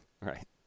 right